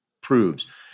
proves